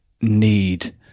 need